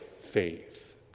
faith